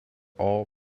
all